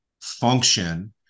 function